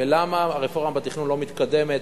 ולמה הרפורמה בתכנון לא מתקדמת,